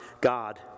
God